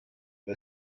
bei